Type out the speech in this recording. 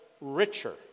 richer